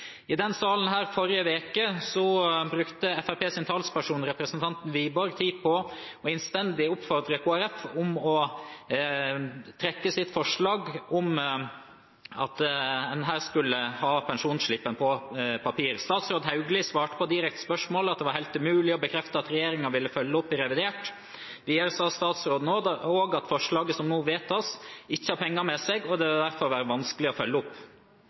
som den enkelte har. Fremskrittspartiet har over lengre tid kjempet med nebb og klør mot kravet fra over 30 000 pensjonister om å få pensjonsslippen sin på papir. I denne salen forrige uke brukte Fremskrittspartiets talsperson, representanten Wiborg, tid på innstendig å oppfordre Kristelig Folkeparti om å trekke sitt forslag om at en skulle ha pensjonsslippen på papir. Statsråd Hauglie svarte på direkte spørsmål at det var helt umulig å bekrefte at regjeringen ville følge opp i revidert. Videre sa statsråden at «forslaget som nå vedtas, ikke har